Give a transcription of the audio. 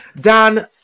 Dan